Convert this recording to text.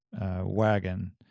wagon